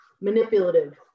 manipulative